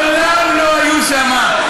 ממציאים, מעולם לא היו שם.